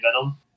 Venom